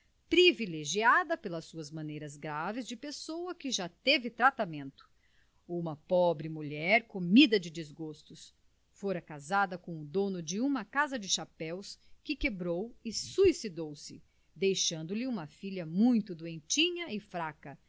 privilegiada pelas suas maneiras graves de pessoa que já teve tratamento uma pobre mulher comida de desgostos fora casada com o dono de uma casa de chapéus que quebrou e suicidou-se deixando-lhe uma filha muito doentinha e fraca